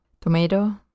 tomato